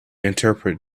interpret